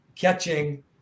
catching